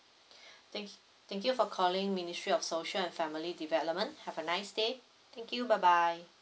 thank you thank you for calling ministry of social and family development have a nice day thank you bye bye